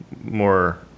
more